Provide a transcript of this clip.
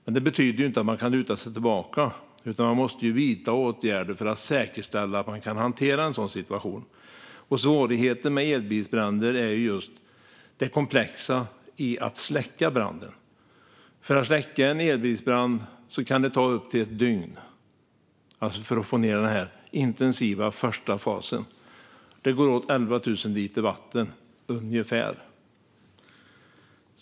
Men det betyder inte att man kan luta sig tillbaka, utan man måste vidta åtgärder för att säkerställa att man kan hantera en sådan situation. Och svårigheten med elbilsbränder är just det komplexa i att släcka branden. Att släcka en elbilsbrand kan ta upp till ett dygn för den första intensiva fasen. Det går åt ungefär 11 000 liter vatten.